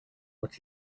what